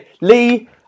Lee